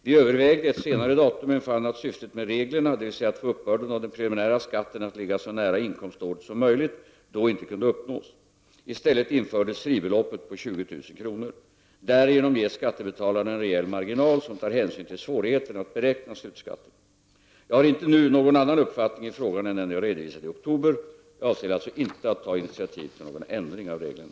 Vi övervägde ett senare datum men fann att syftet med reglerna, dvs. att få uppbörden av den preliminära skatten att ligga så nära inkomståret som möjligt, då inte kunde uppnås. I stället infördes fribeloppet på 20 000 kr. Därigenom ges skattebetalarna en rejäl marginal som tar hänsyn till svårigheterna att beräkna slutskatten. Jag har inte nu någon annan uppfattning i frågan än den jag redovisade i oktober. Jag avser alltså inte att ta initiativ till en ändring av reglerna.